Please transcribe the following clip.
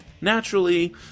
naturally